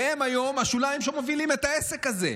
והם היום השוליים שמובילים את העסק הזה.